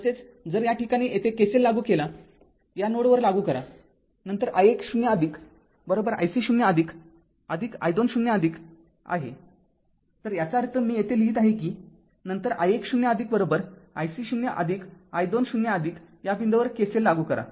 तसेच जर या ठिकाणी येथे KCL लागू केला या नोडवर Node लागू करा नंतर i१0 ic 0 i२ 0आहे तर याचा अर्थ मी येथे लिहीत आहे कि नंतर i१0 ic 0 i २0 या बिंदूवर KCL लागू करा